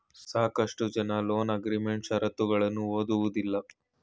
ಸಾಕಷ್ಟು ಜನ loan agreement ಶರತ್ತುಗಳನ್ನು ಓದುವುದಿಲ್ಲ